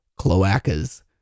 cloacas